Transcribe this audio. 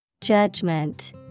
Judgment